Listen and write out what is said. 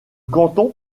canton